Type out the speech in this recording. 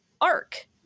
arc